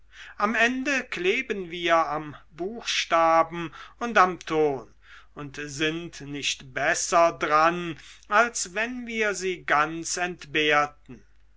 am ende kleben wir am buchstaben und am ton und sind nicht besser dran als wenn wir sie ganz entbehrten